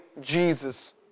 Jesus